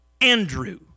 Andrew